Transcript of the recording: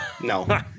No